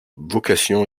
vocation